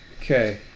okay